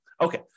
Okay